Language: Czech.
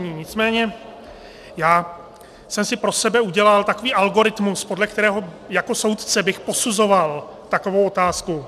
Nicméně já jsem si pro sebe udělal takový algoritmus, podle kterého bych jako soudce posuzoval takovou otázku.